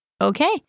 Okay